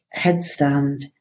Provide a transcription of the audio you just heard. headstand